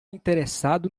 interessado